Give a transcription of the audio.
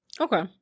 Okay